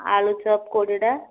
ଆଳୁଚପ୍ କୋଡ଼ିଏଟା